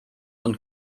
und